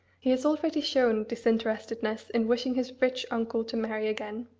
he has already shown disinterestedness in wishing his rich uncle to marry again.